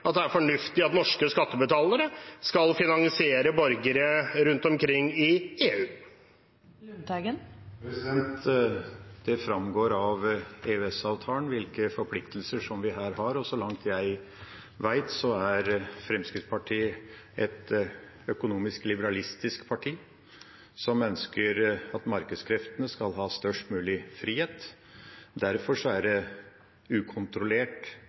at norske skattebetalere skal finansiere borgere rundt omkring i EU? Det framgår av EØS-avtalen hvilke forpliktelser vi her har, og så langt jeg vet, er Fremskrittspartiet et økonomisk liberalistisk parti som ønsker at markedskreftene skal ha størst mulig frihet. Derfor er det ukontrollert